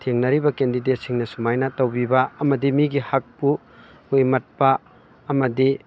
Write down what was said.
ꯊꯦꯡꯅꯔꯤꯕ ꯀꯦꯟꯗꯤꯗꯦꯠꯁꯤꯡꯅ ꯁꯨꯃꯥꯏꯅ ꯇꯧꯕꯤꯕ ꯑꯃꯗꯤ ꯃꯤꯒꯤ ꯍꯛꯄꯨ ꯑꯩꯈꯣꯏ ꯃꯠꯄ ꯑꯃꯗꯤ